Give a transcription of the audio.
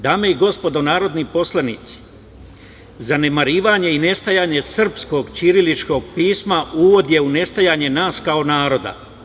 Dame i gospodo narodni poslanici, zanemarivanje i nestajanje srpskog ćiriličkog pisma, uvod je u nestajanju nas kao naroda.